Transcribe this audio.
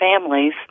families